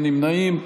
אין נמנעים.